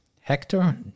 Hector